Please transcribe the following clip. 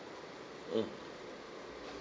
mm